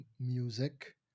music